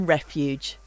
Refuge